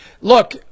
Look